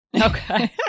Okay